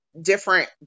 different